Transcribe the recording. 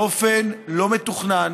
באופן לא מתוכנן,